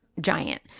giant